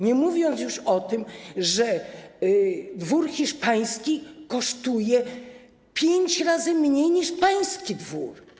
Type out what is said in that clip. Nie mówiąc już o tym, że dwór hiszpański kosztuje pięć razy mniej niż pański dwór.